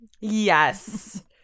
Yes